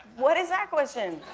what is that question?